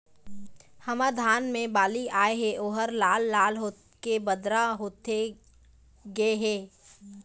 हमर धान मे बाली आए हे ओहर लाल लाल होथे के बदरा होथे गे हे?